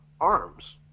arms